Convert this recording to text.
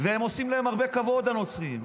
והם עושים להם הרבה כבוד, הנוצרים.